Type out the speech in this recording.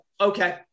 okay